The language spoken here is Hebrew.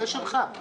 זה שלך.